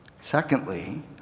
Secondly